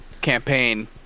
campaign